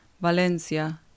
Valencia